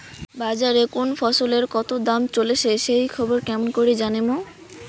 বাজারে কুন ফসলের কতো দাম চলেসে সেই খবর কেমন করি জানীমু?